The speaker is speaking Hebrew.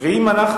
ואם אנחנו